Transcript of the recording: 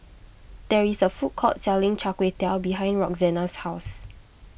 there is a food court selling Char Kway Teow behind Roxanna's house